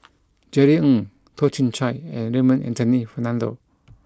Jerry Ng Toh Chin Chye and Raymond Anthony Fernando